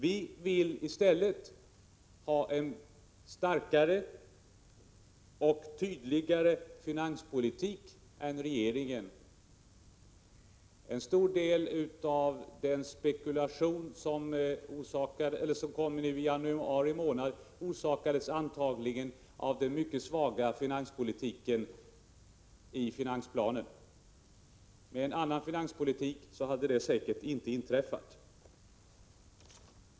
Vi vill ha en starkare och tydligare finanspolitik än regeringen. En stor del av den spekulation som kom nu i januari månad orsakades antagligen av den mycket svaga finanspolitiken i finansplanen. Med en annan finanspolitik hade den säkert inte inträffat.